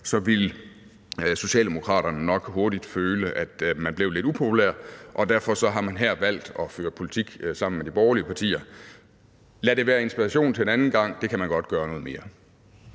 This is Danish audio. så ville Socialdemokraterne nok hurtigt føle, at man blev lidt upopulær, og derfor har man så her valgt at føre politik sammen med de borgerlige partier. Lad det være inspiration til en anden gang. Det kan man godt gøre noget mere.